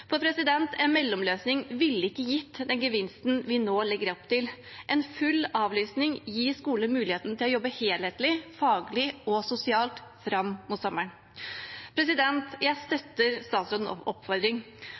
En mellomløsning ville ikke ha gitt den gevinsten vi nå legger opp til. En full avlysning gir skolene muligheten til å jobbe helhetlig, faglig og sosialt fram mot sommeren. Jeg støtter statsrådens oppfordring: